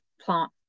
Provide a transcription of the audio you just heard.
plant